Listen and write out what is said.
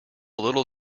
little